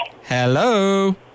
Hello